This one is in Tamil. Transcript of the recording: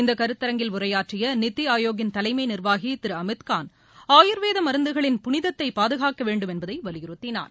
இந்த கருத்தரங்கில் உரையாற்றிய நிதி ஆயோகின் தலைமை நிர்வாகி திரு அமித்கான் ஆயுர்வேத மருந்துகளின் புனிதத்தை பாதுகாக்கவேண்டும் என்பதை வலியுறுத்தினார்